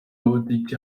amatike